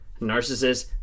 Narcissist